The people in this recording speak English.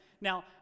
Now